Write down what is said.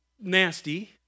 nasty